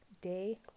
day